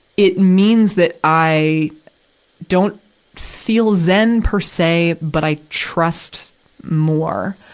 it means that i don't feel zen per se, but i trust more.